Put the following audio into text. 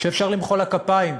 ואפשר למחוא לה כפיים,